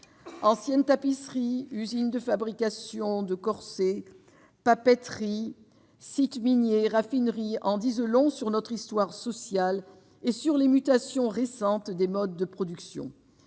anciennes tapisseries usine de fabrication de corser papeterie sites miniers raffinerie en disent long sur notre histoire sociale et sur les mutations récentes des modes de production,